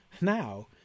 now